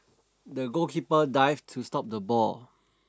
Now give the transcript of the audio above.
the goalkeeper dived to stop the ball